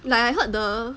like I heard the